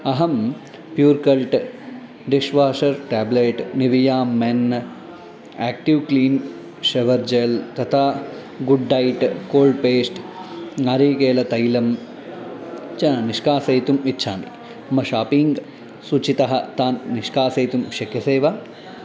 अहं pure cult dishwasher tablet Nivea men active clean shower gel तथा good dot cold paste नारिकेलतैलं च निष्कासयितुम् इच्छामि मम शापिङ्ग् सूचीतः तान् निष्कासयितुं शक्यसे वा